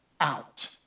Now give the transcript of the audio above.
out